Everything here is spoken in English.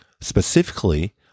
Specifically